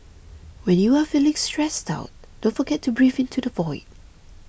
when you are feeling stressed out don't forget to breathe into the void